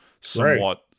somewhat